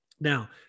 Now